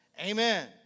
Amen